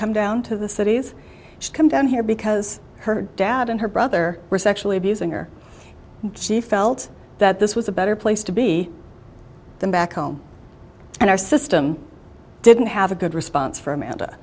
come down to the city's come down here because her dad and her brother were sexually abusing her she felt that this was a better place to be them back home and our system didn't have a good response for a